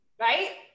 Right